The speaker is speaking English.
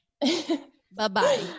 Bye-bye